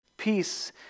peace